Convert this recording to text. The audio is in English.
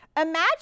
Imagine